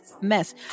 mess